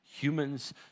humans